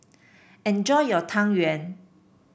enjoy your Tang Yuen